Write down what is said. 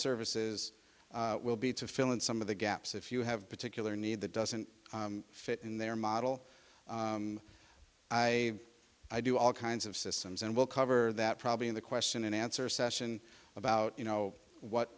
services will be to fill in some of the gaps if you have particular need that doesn't fit in their model i i do all kinds of systems and we'll cover that probably in the question and answer session about you know what